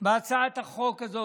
בהצעת החוק הזאת,